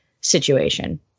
situation